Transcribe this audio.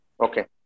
Okay